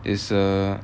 is a